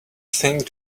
think